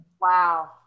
Wow